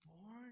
born